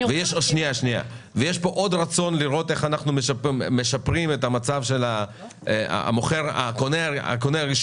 יש כאן עוד רצון לראות איך אנחנו משפרים את המצב של הקונה הראשון,